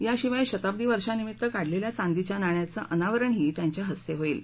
याशिवाय शताब्दी वर्षानिमित्त काढलेल्या चांदीच्या नाण्याचं अनावरणही त्यांच्या हस्ते होईल